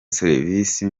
serivisi